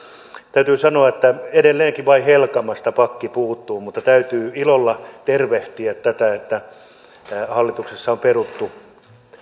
täytyy sanoa että edelleenkin helkamasta vain pakki puuttuu mutta täytyy ilolla tervehtiä tätä että hallituksessa on peruttu